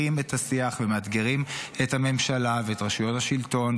את השיח ומאתגרים את הממשלה ואת רשויות השלטון,